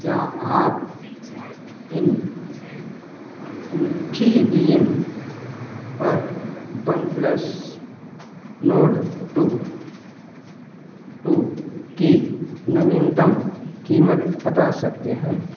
क्या आप इन इन्फीबीम पर बनप्लस नोर्ड टू टू की नवीनतम कीमत बता सकते हैं